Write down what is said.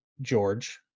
George